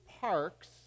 parks